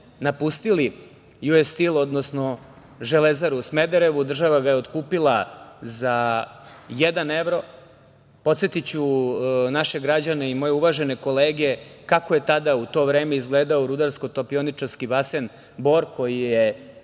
napustili Juesstil, odnosno Železaru u Smederevu, država ga je otkupila za jedan evro. Podsetiću naše građane i moje uvažene kolege kako je tada u to vreme izgledao Rudarsko topioničarski basen Bor, koji je